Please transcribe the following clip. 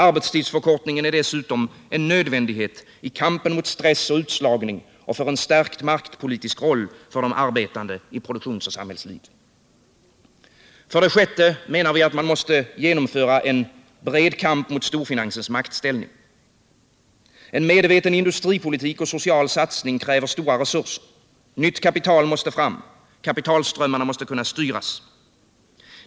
Arbetstidsförkortningen är dessutom en nödvändighet i kampen mot stress och utslagning och för en stärkt maktpolitisk roll för de arbetande i produktion och samhällsliv. I den sjätte punkten säger vi att man måste genomföra en bred kamp mot storfinansens maktställning. En medveten industripolitik och social satsning kräver stora resurser. Nytt kapital måste fram. Kapitalströmmarna måste kunna styras.